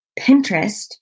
Pinterest